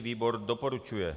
Výbor doporučuje.